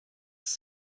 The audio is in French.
sur